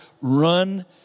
run